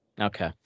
Okay